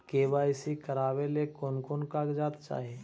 KYC करावे ले कोन कोन कागजात चाही?